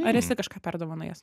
ar esi kažką perdovanojęs